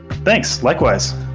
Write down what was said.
thanks. likewise.